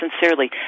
sincerely